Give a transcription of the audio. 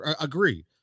Agree